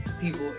people